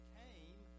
came